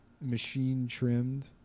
Machine-trimmed